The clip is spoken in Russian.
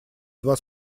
два